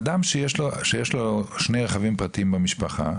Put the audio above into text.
אדם שיש לו שני רכבים פרטיים במשפחה,